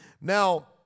Now